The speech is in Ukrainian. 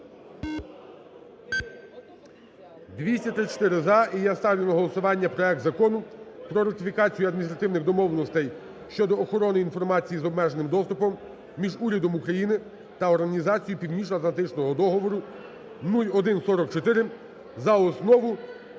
За-234 І я ставлю на голосування проект Закону про ратифікацію Адміністративних домовленостей щодо охорони інформації з обмеженим доступом між урядом України та Організацією Північноатлантичного договору (0144) за основу